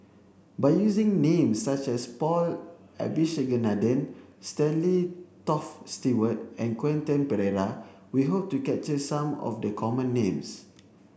by using names such as Paul Abisheganaden Stanley Toft Stewart and Quentin Pereira we hope to capture some of the common names